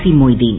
C Moideen